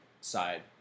side